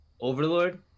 Overlord